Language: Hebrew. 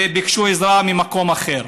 וביקשו עזרה ממקום אחר.